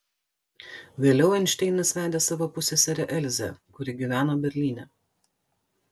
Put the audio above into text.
vėliau einšteinas vedė savo pusseserę elzę kuri gyveno berlyne